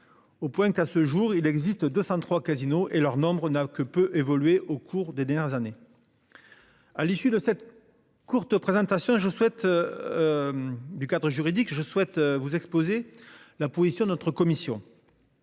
Au point qu'à ce jour, il existe 203 Casino et leur nombre n'a que peu évolué au cours des dernières années. À l'issue de cette courte présentation je souhaite. Du cadre juridique, je souhaite vous exposer la position notre commission.